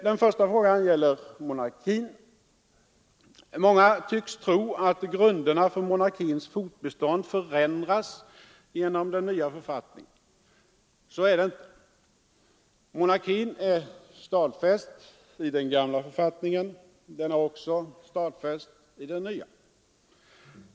Den första frågan gäller monarkin. Många tycks tro att grunderna för monarkins fortbestånd förändras genom den nya författningen. Så är det inte. Monarkin är stadfäst i den gamla författningen, den är också stadfäst i den nya.